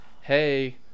Hey